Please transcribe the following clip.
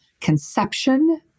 conception